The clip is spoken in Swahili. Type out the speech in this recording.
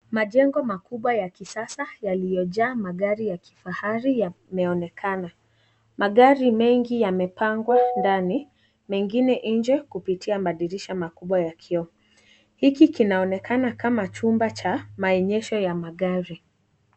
Majengo makubwa ya kisasa yaliyojaa magari ya kifahari yameonekana. Magari mengi yamepangwa ndani, mengine nje kupitia madirisha makubwa ya kioo. Hiki kinaonekana kama chumba cha maonyesho ya magari.